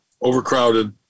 overcrowded